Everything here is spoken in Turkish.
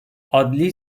adi